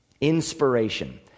Inspiration